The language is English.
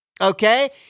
okay